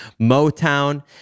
Motown